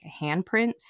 handprints